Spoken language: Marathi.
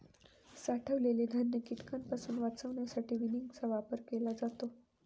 साठवलेले धान्य कीटकांपासून वाचवण्यासाठी विनिंगचा वापर केला जातो